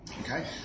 Okay